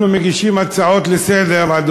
אנחנו מגישים הצעות לסדר-היום,